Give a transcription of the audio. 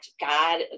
God